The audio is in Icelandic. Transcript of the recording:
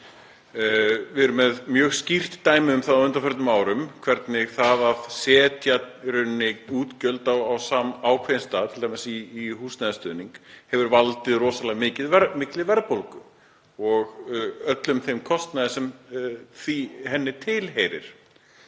Við erum með mjög skýrt dæmi um það á undanförnum árum hvernig það að setja útgjöld á ákveðinn stað, t.d. í húsnæðisstuðning, hefur valdið rosalega mikilli verðbólgu og öllum þeim kostnaði sem henni fylgir.